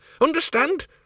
Understand